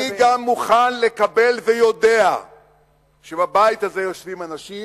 אני גם מוכן לקבל ויודע שבבית הזה יושבים אנשים